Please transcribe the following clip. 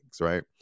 right